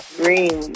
green